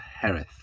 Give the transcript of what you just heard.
Hereth